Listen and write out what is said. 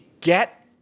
get